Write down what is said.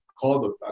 called